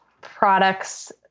products